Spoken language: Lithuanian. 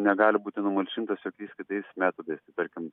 negali būti numalšintas jokiais kitais metodais tarkim